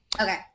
Okay